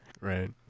right